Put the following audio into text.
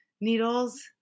needles